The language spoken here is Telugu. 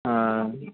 హా